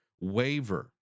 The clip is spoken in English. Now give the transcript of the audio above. waver